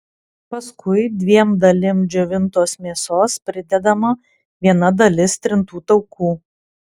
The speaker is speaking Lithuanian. paskui dviem dalim džiovintos mėsos pridedama viena dalis trintų taukų